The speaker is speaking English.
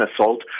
assault